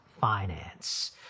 Finance